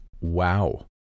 wow